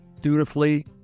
dutifully